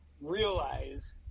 Realize